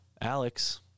Alex